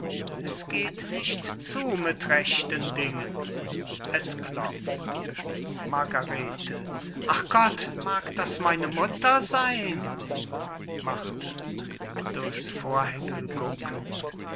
es geht nicht zu mit rechten dingen es klopft margarete ach gott mag das meine mutter seyn